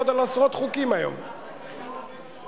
אני מאוד מודה לשר המשפטים.